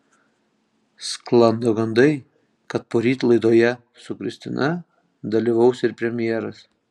sklando gandai kad poryt laidoje su kristina dalyvaus ir premjeras